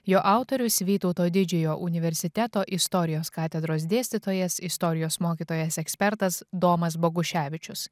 jo autorius vytauto didžiojo universiteto istorijos katedros dėstytojas istorijos mokytojas ekspertas domas boguševičius